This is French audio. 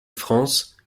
france